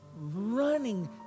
running